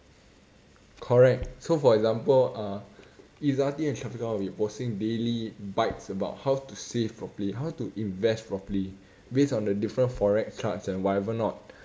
correct so for example uh izzati and shafiqah will be posting daily bites about how to save properly how to invest properly based on the different forex charts and whatever not